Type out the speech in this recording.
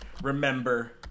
remember